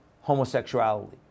homosexuality